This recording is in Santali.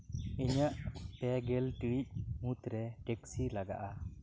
ᱤᱧᱟᱹᱜ ᱯᱮ ᱜᱮᱞ ᱴᱤᱲᱤᱡ ᱢᱩᱫᱨᱮ ᱴᱮᱠᱥᱤ ᱞᱟᱜᱟᱜᱼᱟ